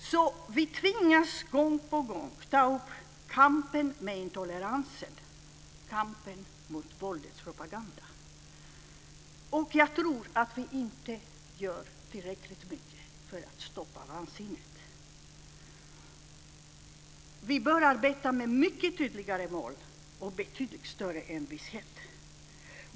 Så vi tvingas gång på gång att ta upp kampen mot intoleransen och mot våldets propaganda. Men jag tror att vi inte gör det tillräckligt mycket för att stoppa vansinnet. Vi bör arbeta med mycket tydligare mål och betydligt större envishet.